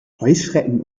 heuschrecken